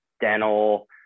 dental